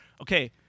okay